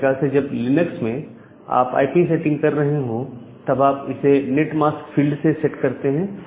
उसी प्रकार से जब लिनक्स में आप आईपी सेटिंग कर रहे हो तब आप इसे नेट मास्क फील्ड से सेट कर सकते हैं